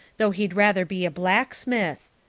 though he'd rather be a blacksmith.